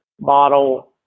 model